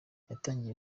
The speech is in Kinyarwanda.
yatangiye